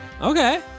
Okay